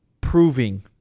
proving